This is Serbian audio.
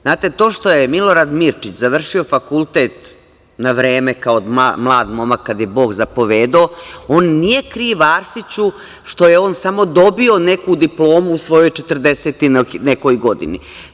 Znate, to što je Milorad Mirčić završio fakultet na vreme, kao mlad momak, kad je Bog zapovedao, on nije kriv Arsiću što je on samo dobio neku diplomu u svojoj 40 i nekoj godini.